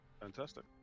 fantastic